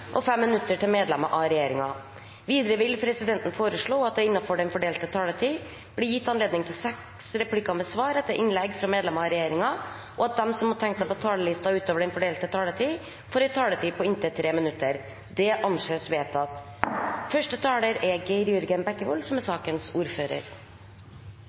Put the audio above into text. til fem replikker med svar etter innlegg fra medlemmer av regjeringen, og at de som måtte tegne seg på talerlisten utover den fordelte taletid, får en taletid på inntil 3 minutter. – Det anses vedtatt.